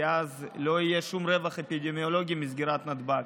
כי אז לא יהיה שום רווח אפידמיולוגי מסגירת נתב"ג.